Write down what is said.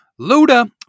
Luda